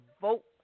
vote